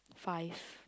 five